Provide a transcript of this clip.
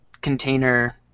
container